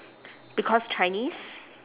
because chinese